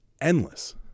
endless